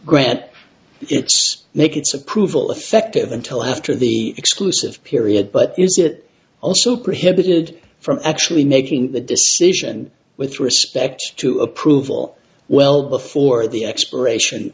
its approval effective until after the exclusive period but is it also prohibited from actually making the decision with respect to approval well before the expiration